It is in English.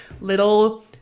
little